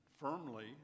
firmly